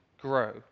grow